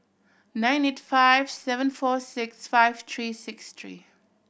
nine eight five seven four six five three six three